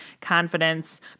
confidence